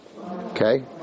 Okay